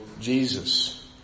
Jesus